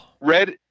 red